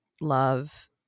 love